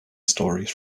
stories